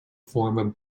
form